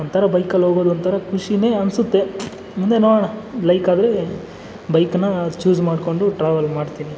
ಒಂಥರ ಬೈಕಲ್ಲಿ ಹೋಗೋದು ಒಂಥರ ಖುಷೀಯೇ ಅನ್ಸುತ್ತೆ ಮುಂದೆ ನೋಡೋಣ ಲೈಕ್ ಆದರೆ ಬೈಕನ್ನು ಚೂಸ್ ಮಾಡಿಕೊಂಡು ಟ್ರಾವೆಲ್ ಮಾಡ್ತೀನಿ